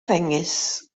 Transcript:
ddengys